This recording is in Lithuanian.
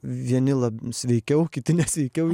vieni lab sveikiau kiti nesveikiau